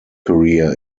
career